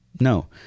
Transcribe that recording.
No